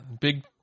big